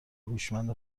هوشمند